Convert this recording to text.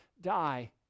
die